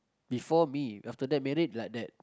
before me after that marry like that